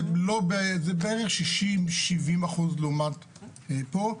זה בערך 60% 70% לעומת פה.